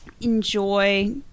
enjoy